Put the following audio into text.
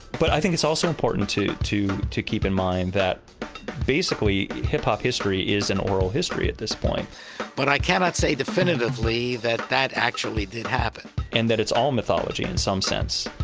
but i think it's also important too to to keep in mind that basically hip hop history is an oral history at this point but i cannot say definitively that that actually did happen and that it's all mythology in some sense.